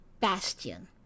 Bastion